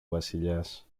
βασιλιάς